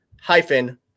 hyphen